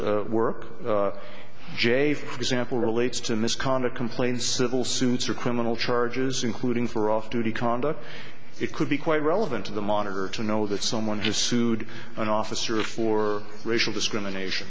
monitors work j for example relates to misconduct complaints civil suits or criminal charges including for off duty conduct it could be quite relevant to the monitor to know that someone just sued an officer for racial discrimination